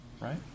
right